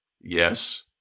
Yes